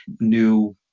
new